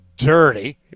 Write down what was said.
Dirty